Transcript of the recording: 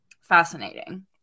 fascinating